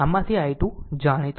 આમ આમાંથી i2 જાણીતું છે